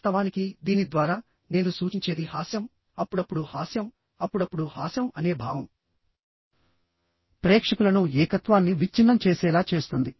వాస్తవానికి దీని ద్వారా నేను సూచించేది హాస్యం అప్పుడప్పుడు హాస్యం అప్పుడప్పుడు హాస్యం అనే భావం ప్రేక్షకులను ఏకత్వాన్ని విచ్ఛిన్నం చేసేలా చేస్తుంది